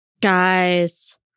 Guys